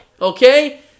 Okay